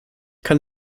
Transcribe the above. kann